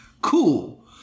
Cool